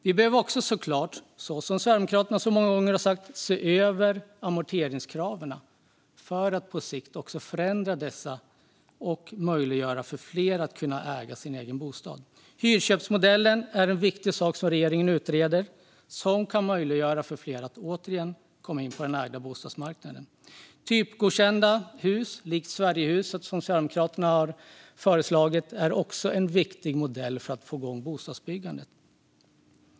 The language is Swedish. Vi behöver såklart också, såsom Sverigedemokraterna många gånger har sagt, se över amorteringskraven för att på sikt förändra dessa och möjliggöra för fler att kunna äga sin egen bostad. Hyrköpsmodellen är en viktig sak som regeringen utreder. Det kan möjliggöra för fler att återigen komma in på den ägda bostadsmarknaden. Typgodkända hus, likt Sverigehuset som Sverigedemokraterna har föreslagit, är också en viktig modell för att få igång bostadsbyggandet.